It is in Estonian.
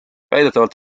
väidetavalt